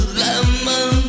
lemon